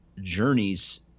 journeys